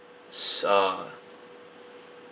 s~ uh